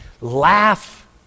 laugh